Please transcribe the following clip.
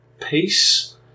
Peace